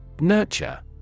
Nurture